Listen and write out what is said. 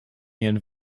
ihren